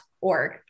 org